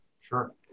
Sure